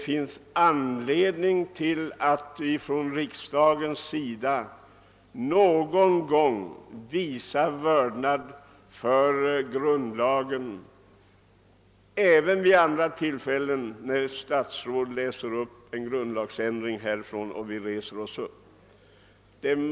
Riksdagen har emellertid anledning att någon gång visa vördnad för grundlagen även vid andra tillfällen än när ett statsråd läser upp en grundlagsändring här i kammaren och vi reser oss upp.